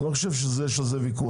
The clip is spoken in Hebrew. אני לא חושב שיש על זה ויכוח.